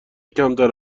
کمتر